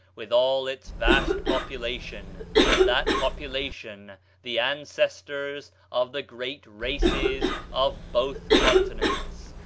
with all its vast population that population the ancestors of the great races of both continents,